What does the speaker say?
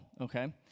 Okay